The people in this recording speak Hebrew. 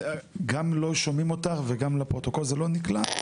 גם לא שומעים אותך וגם לפרוטוקול זה לא נקלט.